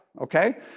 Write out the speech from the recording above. okay